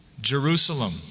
Jerusalem